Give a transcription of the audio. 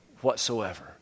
whatsoever